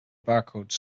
barcode